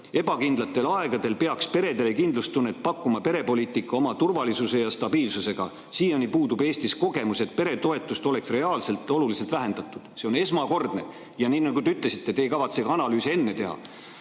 ebakindlatel aegadel peaks peredele kindlustunnet pakkuma perepoliitika oma turvalisuse ja stabiilsusega. Siiani puudub Eestis kogemus, et peretoetust oleks reaalselt oluliselt vähendatud." See on esmakordne! Ja nagu te ütlesite, te ei kavatsegi analüüsi enne teha.